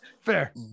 Fair